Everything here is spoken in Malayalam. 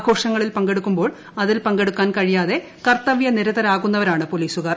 ആഘോഷങ്ങളിൽ പങ്കെടുക്കുമ്പോൾ അതിൽ പങ്കെടുക്കാൻ കഴിയാതെ കർത്തവൃ നിരതരാകുന്നവരാണ് പോലീസുകാർ